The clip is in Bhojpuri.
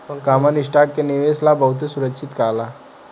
कॉमन स्टॉक के निवेश ला बहुते सुरक्षित कहाला